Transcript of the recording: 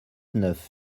neuf